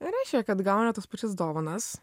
reiškia kad gauni tas pačias dovanas